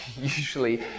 usually